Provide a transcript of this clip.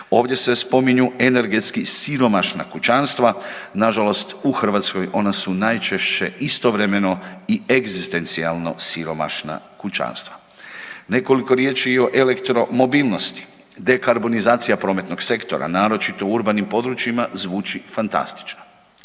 Ovdje se spominju energetski siromašna kućanstva, nažalost u Hrvatskoj ona su najčešće i egzistencijalno siromašna kućanstva. Nekoliko riječi i o elektromobilnosti. Dekarbonizacija prometnog sektora, naročito u urbanim područjima zvuči fantastično.